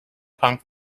punk